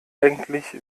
eigentlich